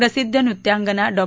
प्रसिद्ध नृत्यांगना डॉ